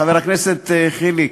חבר הכנסת חיליק,